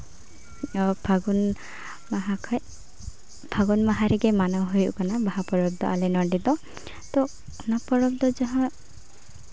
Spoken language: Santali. ᱯᱷᱟᱹᱜᱩᱱ ᱢᱟᱦᱟ ᱠᱷᱚᱡ ᱯᱷᱟᱹᱜᱩᱱ ᱢᱟᱦᱟ ᱨᱮᱜᱮ ᱢᱟᱱᱟᱣ ᱦᱩᱭᱩᱜ ᱠᱟᱱᱟ ᱵᱟᱦᱟ ᱯᱚᱨᱚᱵᱽ ᱫᱚ ᱟᱞᱮ ᱱᱚᱸᱰᱮ ᱫᱚ ᱛᱳ ᱚᱱᱟ ᱯᱚᱨᱚᱵᱽ ᱫᱚ ᱡᱟᱦᱟᱸ